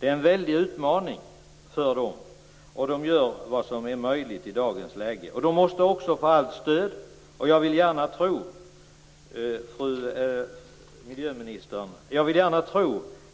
Detta är en väldig utmaning för dem, och de gör vad som är möjligt i dagens läge. De måste få allt stöd. Jag vill gärna tro, fru miljöminister,